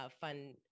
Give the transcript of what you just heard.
fun